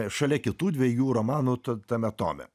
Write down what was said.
šalia kitų dviejų romanų tame tome